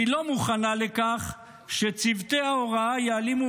והיא לא מוכנה לכך שצוותי ההוראה יעלימו